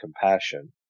compassion